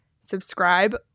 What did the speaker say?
subscribe